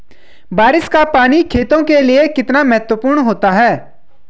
बारिश का पानी खेतों के लिये कितना महत्वपूर्ण होता है?